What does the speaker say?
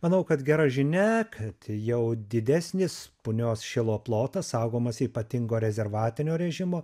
manau kad gera žinia kad jau didesnis punios šilo plotas saugomas ypatingo rezervatinio režimo